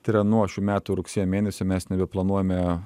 tai yra nuo šių metų rugsėjo mėnesio mes nebeplanuojame